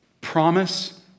Promise